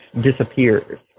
disappears